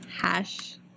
Hash